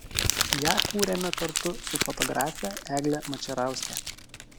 ją kūrėme kartu su fotografe egle mačerauske